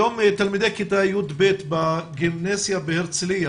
היום תלמידי כיתה י"ב בגימנסיה הרצליה